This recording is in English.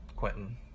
Quentin